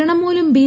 തൃണമൂലും B